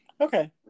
Okay